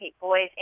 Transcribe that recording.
boys